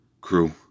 crew